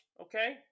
okay